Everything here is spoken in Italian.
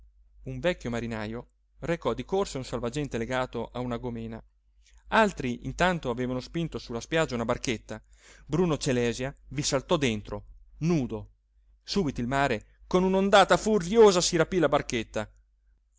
un vecchio marinajo recò di corsa un salvagente legato a una gòmena altri intanto avevano spinto su la spiaggia una barchetta bruno celèsia vi saltò dentro nudo subito il mare con un'ondata furiosa si rapí la barchetta